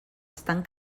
estan